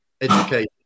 education